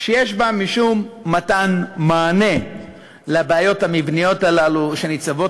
שיש בה משום מתן מענה לבעיות המבניות הללו שניצבות